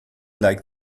like